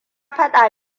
fada